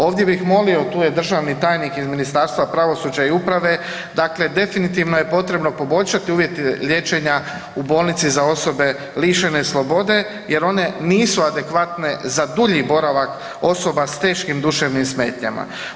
Ovdje bih molio tu je državni tajnik iz Ministarstva pravosuđa i uprave, dakle definitivno je potrebno poboljšati uvjete liječenja u Bolnici za osobe lišene slobode jer one nisu adekvatne za dulji boravak osoba s teškim duševnim smetnjama.